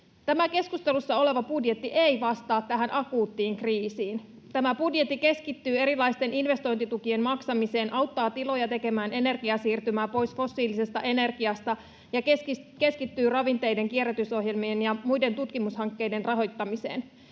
Tämä keskustelussa oleva budjetti ei vastaa tähän akuuttiin kriisiin. Tämä budjetti keskittyy erilaisten investointitukien maksamiseen, auttaa tiloja tekemään energiasiirtymää pois fossiilisesta energiasta ja keskittyy ravinteiden kierrätysohjelmien ja muiden tutkimushankkeiden rahoittamiseen.